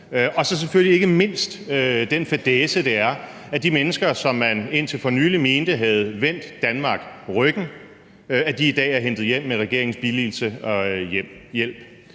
og så selvfølgelig ikke mindst den fadæse, det er, at de mennesker, som man indtil for nylig mente have vendt Danmark ryggen, i dag er hentet hjem med regeringens billigelse og hjælp.